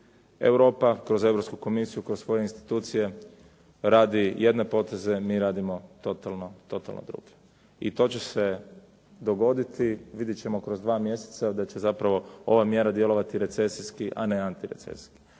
Europa kroz Europsku komisiju, kroz svoje institucije radi jedne poteze, mi radimo totalno druge. I to će se dogoditi, vidjet ćemo kroz dva mjeseca da će zapravo ova mjera djelovati recesijski, a ne antirecesijski.